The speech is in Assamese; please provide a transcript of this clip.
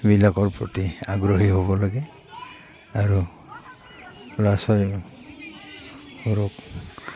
বিলাকৰ প্ৰতি আগ্ৰহী হ'ব লাগে আৰু ল'ৰা ছোৱালী সৰুক